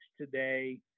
today